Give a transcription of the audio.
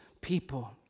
people